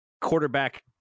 quarterback